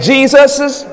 Jesus's